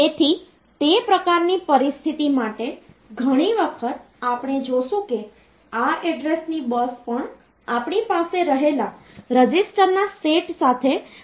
તેથી આપણને 10 જુદા જુદા અંકો મળ્યા છે અને તે નંબર સિસ્ટમનો આધાર 10 છે અથવા જો તમે બાઈનરી નંબર સિસ્ટમને ધ્યાનમાં લો તો આપણે જાણીએ છીએ કે ત્યાં આધાર મૂલ્ય 2 હોય છે અને અંકો 0 અને 1 હોય છે